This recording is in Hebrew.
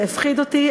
זה הפחיד אותי,